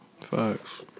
Facts